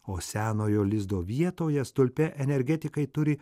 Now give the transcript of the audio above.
o senojo lizdo vietoje stulpe energetikai turi